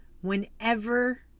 whenever